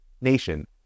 nation